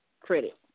credit